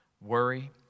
worry